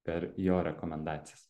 per jo rekomendacijas